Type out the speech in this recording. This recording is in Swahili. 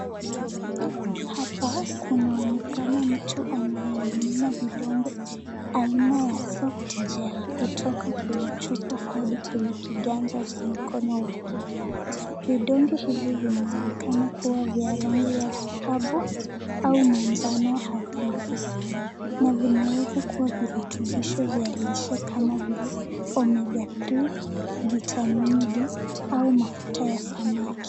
Hapa kunaonekana mtu anayenunua vidonge aina ya Soft gel kutoka kwenye chupa hadi kwenye kiganja cha mkono wake. Vidonge hivi vinaonekana kua vya rangi ya dhahabu au manjano hafifu. Na vinaweza kua virutubishi vya lishe kama vile Omega three, vitamini D au mafuta ya samaki.